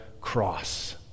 cross